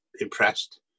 impressed